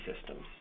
systems